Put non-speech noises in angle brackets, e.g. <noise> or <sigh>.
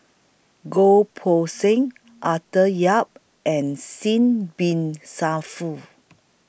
Goh Poh Seng Arthur Yap and Singh Bin <unintelligible>